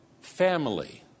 family